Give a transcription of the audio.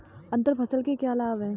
अंतर फसल के क्या लाभ हैं?